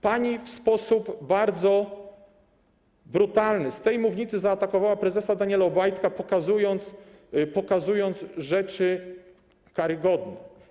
Pani w sposób bardzo brutalny z tej mównicy zaatakowała prezesa Daniela Obajtka, pokazując rzeczy karygodne.